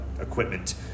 equipment